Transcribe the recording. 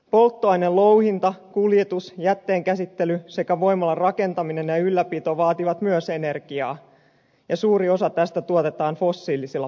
polttoainelouhinta kuljetus jätteenkäsittely sekä voimalan rakentaminen ja ylläpito vaativat myös energiaa ja suuri osa tästä tuotetaan fossiilisilla polttoaineilla